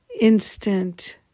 instant